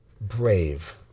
brave